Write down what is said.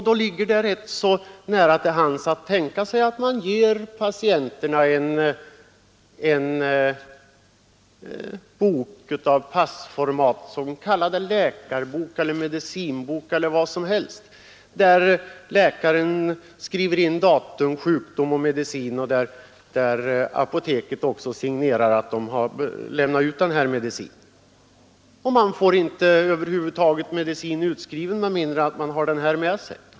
Då ligger det nära till hands att man ger patienterna en bok av passformat — kalla den gärna läkarbok eller medicinbok eller vad som helst där läkaren skriver in datum, sjukdom och medicin och i vilken också apoteket signerar att det lämnat ut denna medicin. Man bör över huvud taget inte få recept på medicin utskrivet med mindre än att man har boken med sig.